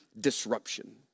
disruption